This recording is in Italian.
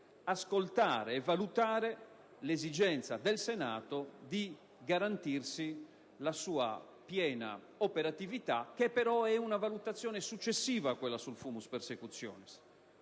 ascoltare e valutare l'esigenza del Senato di garantirsi la sua piena operatività, che però è una valutazione successiva a quella sul *fumus persecutionis*